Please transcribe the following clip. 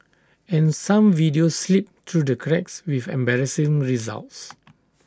and some videos slip through the cracks with embarrassing results